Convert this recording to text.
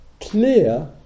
clear